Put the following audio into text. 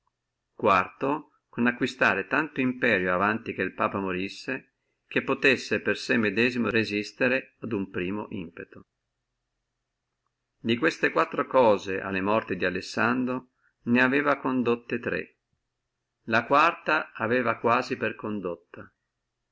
quarto acquistare tanto imperio avanti che il papa morissi che potessi per sé medesimo resistere a uno primo impeto di queste quattro cose alla morte di alessandro ne aveva condotte tre la quarta aveva quasi per condotta